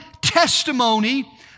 testimony